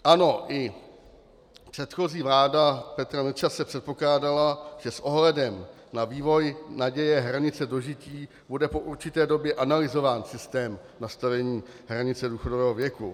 Ano, i předchozí vláda Petra Nečase předpokládala, že s ohledem na vývoj naděje hranice dožití bude po určité době analyzován systém nastavení hranice důchodového věku.